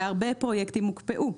והרבה פרויקטים הוקפאו.